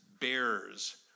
bears